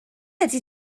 ydy